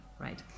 right